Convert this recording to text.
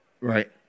Right